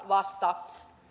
vasta